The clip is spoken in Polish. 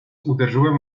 uderzyłem